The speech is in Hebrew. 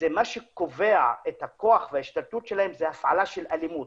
מה שקובע את הכוח וההשתלטות להם זה הפעלה של אלימות